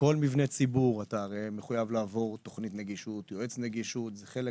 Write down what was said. בכל מבנה ציבור אתה מחויב לעבור תכנית נגישות ויועץ נגישות זהו חלק